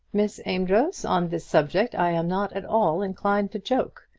miss amedroz, on this subject i am not at all inclined to joke.